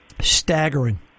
Staggering